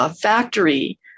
factory